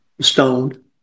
Stoned